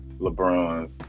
LeBron's